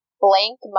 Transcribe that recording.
Blank